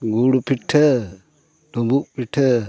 ᱜᱩᱲ ᱯᱤᱴᱷᱟᱹ ᱰᱩᱸᱵᱩᱜ ᱯᱤᱴᱷᱟᱹ